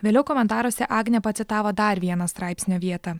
vėliau komentaruose agnė pacitavo dar vieną straipsnio vietą